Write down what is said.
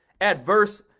adverse